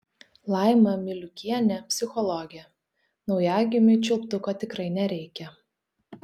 laima miliukienė psichologė naujagimiui čiulptuko tikrai nereikia